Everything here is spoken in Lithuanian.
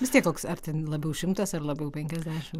vis tiek toks ar ten labiau šimtas ar labiau penkiasdešimt